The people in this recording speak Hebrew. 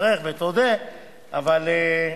תודה רבה.